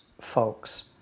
folks